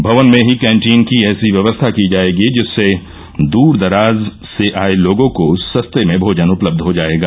भवन में ही कैंटीन की ऐसी व्यवस्था की जायेगी जिससे दूर दराज से आये लोगों को सस्ते में भोजन उपलब्ध हो जायेगा